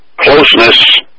closeness